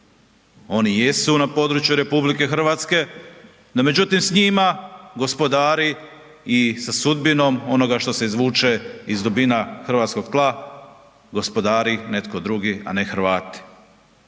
Oni jesu na području RH, no međutim, s njima gospodari i sa sudbinom onoga što se izvuče iz dubina hrvatskog tla, gospodari netko drugi, a ne Hrvati.